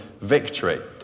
victory